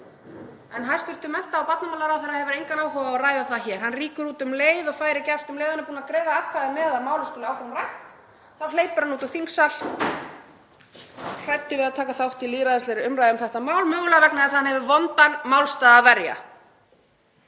En hæstv. mennta- og barnamálaráðherra hefur engan áhuga á að ræða það hér. Hann rýkur út um leið og færi gefst. Um leið og hann er búinn að greiða atkvæði með því að málið skuli áfram rætt þá hleypur hann út úr þingsal, hræddur við að taka þátt í lýðræðislegri umræðu um þetta mál, mögulega vegna þess að hann hefur vondan málstað að verja.